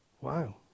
Wow